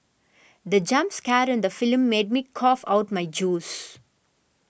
the jump scare in the film made me cough out my juice